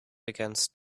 against